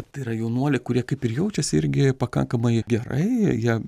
tai yra jaunuoliai kurie kaip ir jaučiasi irgi pakankamai gerai jie